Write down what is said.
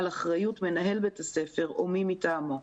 על אחריות מנהל בית הספר או מי מטעמו.